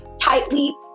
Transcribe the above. tightly